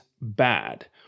bad